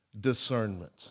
discernment